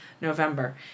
November